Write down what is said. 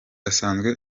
asanzwe